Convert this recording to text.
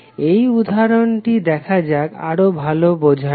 এই উদাহরণটি দেখা যাক আরও ভালো বোঝার জন্য